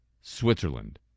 Switzerland